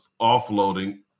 offloading